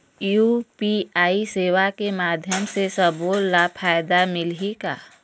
UPI सेवा के माध्यम म सब्बो ला फायदा मिलही का?